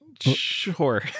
Sure